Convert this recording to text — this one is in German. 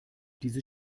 diese